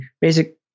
basic